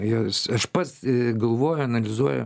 jos aš pats galvoju analizuoju